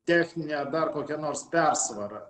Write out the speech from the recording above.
technine ar dar kokia nors persvara